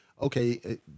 okay